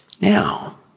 Now